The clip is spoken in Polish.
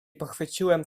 pochwyciłem